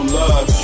love